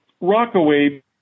Rockaway